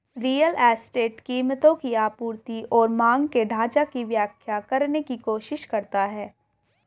real estate कीमतों की आपूर्ति और मांग के ढाँचा की व्याख्या करने की कोशिश करता है